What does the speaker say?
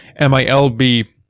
milb